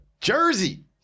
Jersey